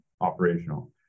operational